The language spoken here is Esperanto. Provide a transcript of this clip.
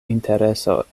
intereso